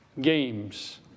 games